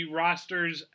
rosters